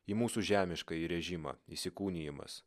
į mūsų žemiškąjį režimą įsikūnijimas